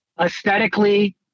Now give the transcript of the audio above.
Aesthetically